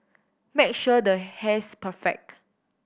make sure the hair's perfect